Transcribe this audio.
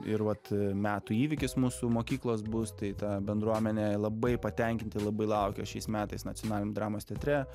ir vat metų įvykis mūsų mokyklos bus tai ta bendruomenė labai patenkinti labai laukia šiais metais nacionaliniame dramos teatre